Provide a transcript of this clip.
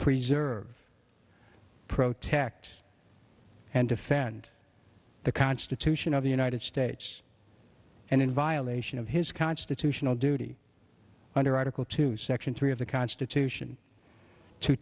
preserve pro tax and defend the constitution of the united states and in violation of his constitutional duty under article two section three of the constitution to